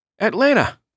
Atlanta